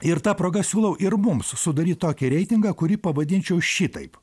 ir ta proga siūlau ir mums sudaryt tokį reitingą kurį pavadinčiau šitaip